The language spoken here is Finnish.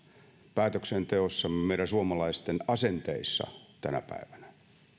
päätöksenteossamme meidän suomalaisten asenteissa tänä päivänä